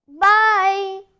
Bye